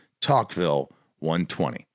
talkville120